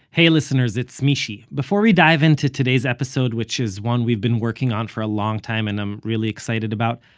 hey listeners, it's mishy. before we dive into today's episode, which is one we've been working on for a long time and i'm really excited about,